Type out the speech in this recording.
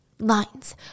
lines